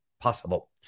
possible